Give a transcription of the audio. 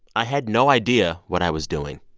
i had no idea what i was doing.